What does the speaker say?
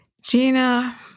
Gina